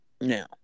Now